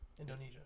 Indonesia